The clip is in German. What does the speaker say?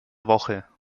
woche